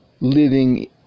living